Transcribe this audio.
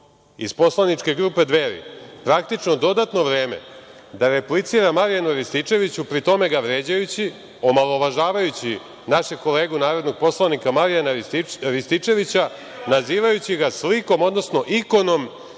iz poslaničke grupe Dveri, praktično dodatno vreme da replicira Marijanu Rističeviću, pri tome ga vređajući, omalovažavajući našeg kolegu narodnog poslanika, Marijana Rističevića, nazivajući ga slikom, odnosno ikonom